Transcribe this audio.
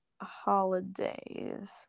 holidays